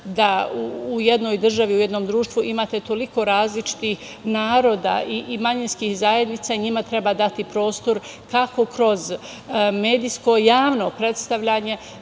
da u jednoj državi, u jednom društvu imate toliko različitih naroda i manjinskih zajednica i njima treba dati prostor, kako kroz medijsko javno predstavljanje,